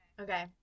Okay